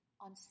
on